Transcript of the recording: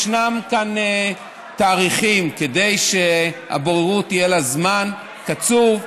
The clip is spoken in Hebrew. ישנם כאן תאריכים, כדי שלבוררות יהיה זמן קצוב,